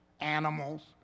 animals